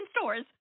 stores